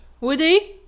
Woody